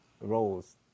roles